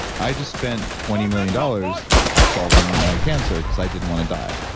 i just spent twenty million dollars solving my cancer because i didn't want to die.